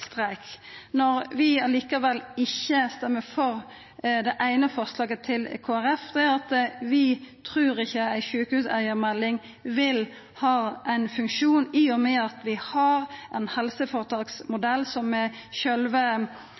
streik. Når vi likevel ikkje stemmer for forslag nr. 2 frå Kristeleg Folkeparti, er det fordi vi ikkje trur ei sjukehuseigarmelding vil ha ein funksjon, i og med at vi har ein helseføretaksmodell som